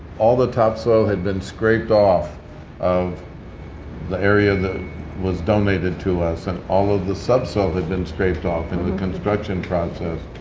all the top soil had been scraped off of the area that was donated to us. and all of the subsoil had been scraped off in the construction process.